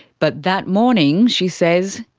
but that morning, she says,